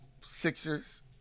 Sixers